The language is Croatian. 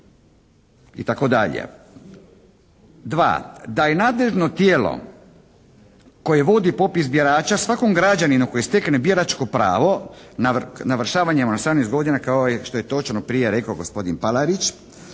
itd. Dva, da je nadležno tijelo koje vodi popis birača svakom građaninu koji stekne biračko pravo navršavanjem 18 godina kao što je točno prije rekao gospodin Palarić,